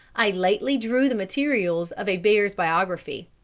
i lately drew the materials of a bear's biography.